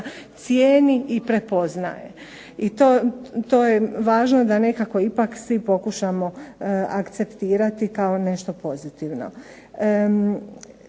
cijeni i prepoznaje i to je važno da nekako ipak svi pokušamo akceptirati kao nešto pozitivno.